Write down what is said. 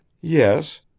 Yes